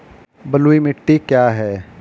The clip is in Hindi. बलुई मिट्टी क्या है?